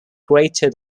greater